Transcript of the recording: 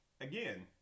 again